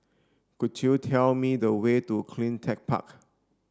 could you tell me the way to CleanTech Park